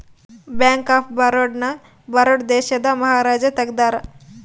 bank of Baroda ನ ಬರೋಡ ದೇಶದ ಮಹಾರಾಜ ತೆಗ್ದಾರ